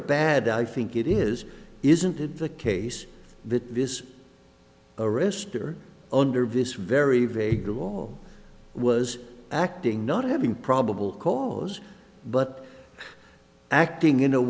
bad i think it is isn't it the case that this arrest or under this very vague law was acting not having probable cause but acting in a